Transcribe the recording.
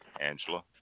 Angela